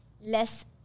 less